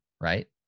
right